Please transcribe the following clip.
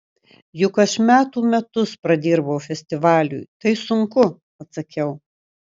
juk aš metų metus pradirbau festivaliui tai sunku atsakiau